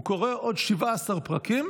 הוא כתב עוד 17 פרקים,